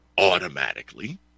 automatically